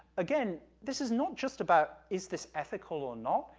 again, this is not just about is this ethical or not,